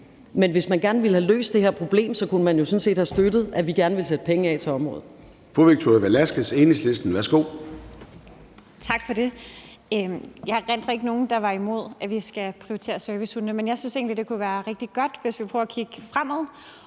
Men hvis man gerne ville have løst det her problem, kunne man sådan set have støttet, at vi gerne ville sætte penge af til området. Kl. 13:17 Formanden (Søren Gade): Fru Victoria Velasquez, Enhedslisten. Værsgo. Kl. 13:17 Victoria Velasquez (EL): Tak for det. Jeg erindrer ikke, at nogen var imod, at vi skal prioritere servicehundene. Men jeg synes egentlig, det kunne være rigtig godt, hvis vi prøver at kigge fremad